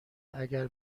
اگر